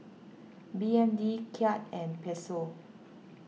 B N D Kyat and Peso